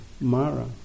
Mara